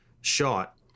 shot